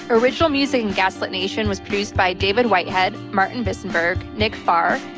original music in gaslit nation was produced by david whitehead, martin visenberg, nick farr,